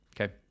okay